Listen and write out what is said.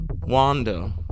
Wanda